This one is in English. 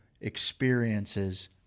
experiences